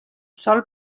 sol